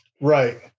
right